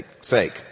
sake